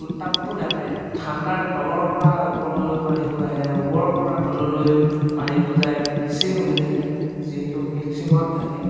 উত্তাপটো নাপায় ঠাণ্ডাৰ তলৰ পৰা ওপৰলৈ পানীটো আহে ওপৰৰ পৰা তললৈ পানীটো যায় মিক্সিং হৈ থাকে যিহেতু মিক্সিঙত থাকে